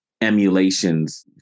emulations